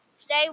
today